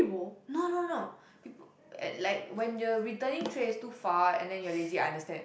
no no no people at like when the returning trays too far and then you're lazy I understand